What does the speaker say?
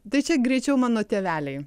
tai čia greičiau mano tėveliai